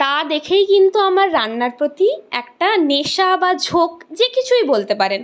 তা দেখেই কিন্তু আমার রান্নার প্রতি একটা নেশা বা ঝোঁক যে কিছুই বলতে পারেন